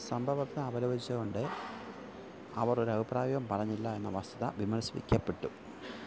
സംഭവത്തെ അപലപിച്ചു കൊണ്ട് അവർ ഒരു അഭിപ്രായവും പറഞ്ഞില്ല എന്ന വസ്തുത വിമർശിക്കപ്പെട്ടു